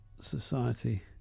Society